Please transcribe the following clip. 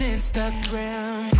Instagram